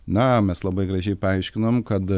na mes labai gražiai paaiškinom kad